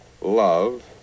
Love